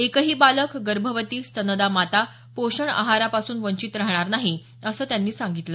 एकही बालक गर्भवती स्तनदा माता पोषण आहारापासून वंचित राहणार नाही असं त्यांनी सांगितलं